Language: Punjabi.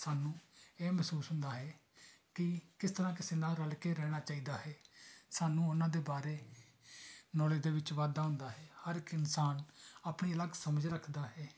ਸਾਨੂੰ ਇਹ ਮਹਿਸੂਸ ਹੁੰਦਾ ਹੈ ਕਿ ਕਿਸ ਤਰ੍ਹਾਂ ਕਿਸੇ ਨਾਲ ਰਲ ਕੇ ਰਹਿਣਾ ਚਾਹੀਦਾ ਹੈ ਸਾਨੂੰ ਉਹਨਾਂ ਦੇ ਬਾਰੇ ਨੌਲੇਜ ਦੇ ਵਿੱਚ ਵਾਧਾ ਹੁੰਦਾ ਹੈ ਹਰ ਇੱਕ ਇਨਸਾਨ ਆਪਣੀ ਅਲੱਗ ਸਮਝ ਰੱਖਦਾ ਹੈ